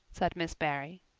said miss barry.